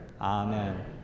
Amen